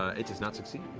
ah it does not succeed.